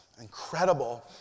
incredible